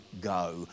go